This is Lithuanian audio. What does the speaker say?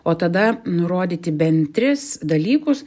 o tada nurodyti bent tris dalykus